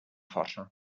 força